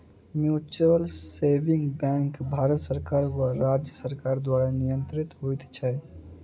mutual saving bank Bharat सरकार वा राज्य सरकार द्वारा नियंत्रित होइत छै